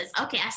Okay